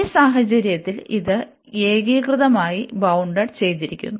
ഈ സാഹചര്യത്തിൽ ഇത് ഏകീകൃതമായി ബൌൺഡ് ചെയ്തിരിക്കുന്നു